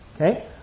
okay